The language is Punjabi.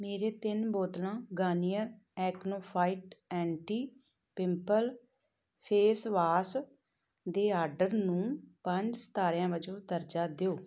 ਮੇਰੇ ਤਿੰਨ ਬੋਤਲਾਂ Garnier Acno fight anti pimple face wash ਦੇ ਆਰਡਰ ਨੂੰ ਪੰਜ ਸਿਤਾਰਿਆਂ ਵਜੋਂ ਦਰਜਾ ਦਿਓ